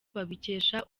babikesha